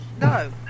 No